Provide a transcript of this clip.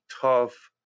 tough